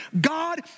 God